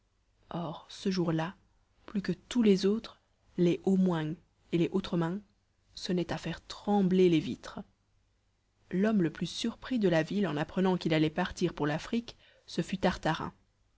or ce jour-là plus que tous les autres les au mouain et les autremain sonnaient à faire trembler les vitres l'homme le plus surpris de la ville en apprenant qu'il allait partir pour l'afrique ce fut tartarin